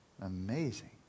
Amazing